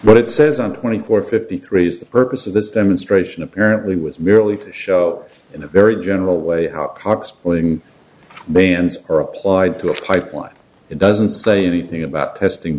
what it says on twenty four fifty three is the purpose of this demonstration apparently was merely to show in a very general way how cock spoiling millions are applied to a pipeline it doesn't say anything about testing